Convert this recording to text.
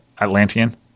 Atlantean